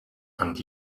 and